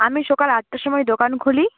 আমি সকাল আটটার সময় দোকান খুলি